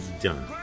done